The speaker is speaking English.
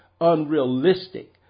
unrealistic